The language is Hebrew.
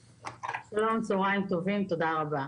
שלום, צהריים טובים, תודה רבה.